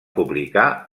publicar